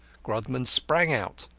grodman sprang out,